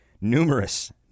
numerous